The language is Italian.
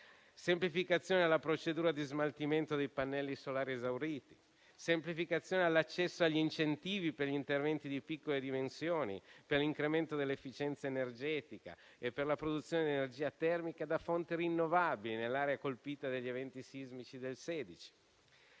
semplificazione della procedura di smaltimento dei pannelli solari esauriti; semplificazione all'accesso agli incentivi per gli interventi di piccole dimensioni per l'incremento dell'efficienza energetica e per la produzione di energia termica da fonti rinnovabili nell'area colpita dagli eventi sismici del 2016.